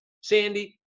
sandy